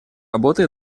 работы